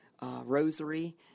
rosary